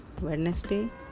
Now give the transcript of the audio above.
Wednesday